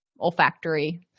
olfactory